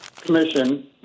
Commission